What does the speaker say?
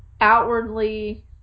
outwardly